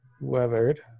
weathered